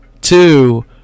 two